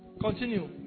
Continue